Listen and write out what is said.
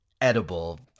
edible